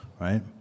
right